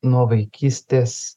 nuo vaikystės